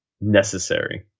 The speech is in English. necessary